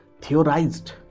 theorized